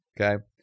Okay